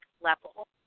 level